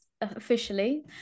officially